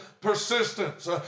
persistence